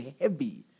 heavy